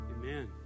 Amen